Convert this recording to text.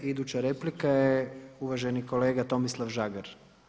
Iduća replika je uvaženi kolega Tomislav Žagar.